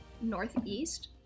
northeast